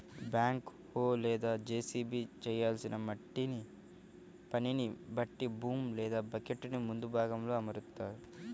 back హో లేదా JCB చేయాల్సిన మట్టి పనిని బట్టి బూమ్ లేదా బకెట్టుని ముందు భాగంలో అమరుత్తారు